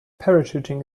parachuting